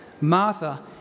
Martha